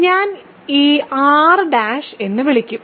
ഞാൻ ഈ R' എന്ന് വിളിക്കും